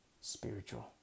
spiritual